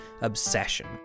obsession